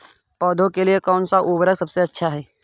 पौधों के लिए कौन सा उर्वरक सबसे अच्छा है?